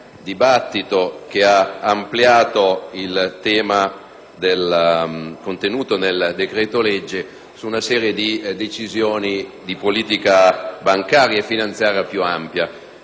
dibattito che ha ampliato il tema, contenuto nel decreto‑legge, su una serie di decisioni di politica bancaria e finanziaria. Noi abbiamo